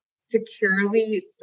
securely